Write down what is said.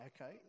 Okay